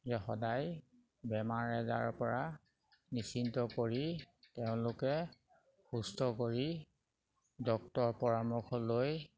যে সদায় বেমাৰ আজাৰৰ পৰা নিশ্চিন্ত কৰি তেওঁলোকে সুস্থ কৰি ডক্তৰৰ পৰামৰ্শ লৈ